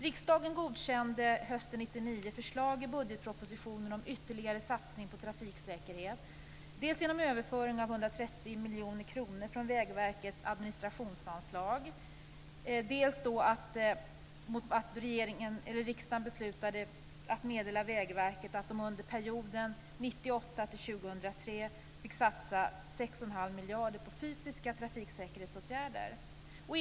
Riksdagen godkände hösten 1999 förslag i budgetpropositionen om ytterligare satsningar på trafiksäkerhet, dels genom överföring av 135 miljoner kronor från Vägverkets administrationsanslag, dels genom att riksdagen beslutade meddela Vägverket att de under perioden 1998-2003 fick satsa 6 1⁄2 miljarder på fysiska trafiksäkerhetsåtgärder.